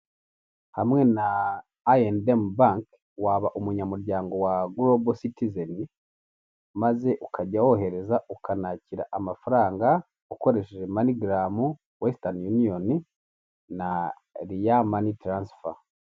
Hamwe na ayi endemu banki waba umunyamuryango wa gorobal citizeni, maze ukajya wohereza ukanakira amafaranga ukoresheje manigaramu, wesitan9 uniyoni, na riya mani taransifa.